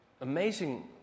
amazing